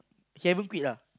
he haven't quite lah